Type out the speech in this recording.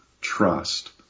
trust